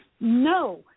No